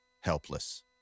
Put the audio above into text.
helpless